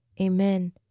Amen